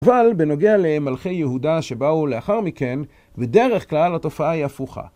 אבל בנוגע למלכי יהודה שבאו לאחר מכן, בדרך כלל התופעה היא הפוכה.